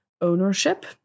ownership